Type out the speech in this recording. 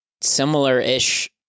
similar-ish